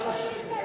טיפה להנמיך,